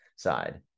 side